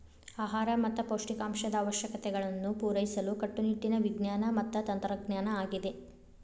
ಆಹಾರ ಮತ್ತ ಪೌಷ್ಟಿಕಾಂಶದ ಅವಶ್ಯಕತೆಗಳನ್ನು ಪೂರೈಸಲು ಕಟ್ಟುನಿಟ್ಟಿನ ವಿಜ್ಞಾನ ಮತ್ತ ತಂತ್ರಜ್ಞಾನ ಆಗಿದೆ